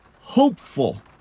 hopeful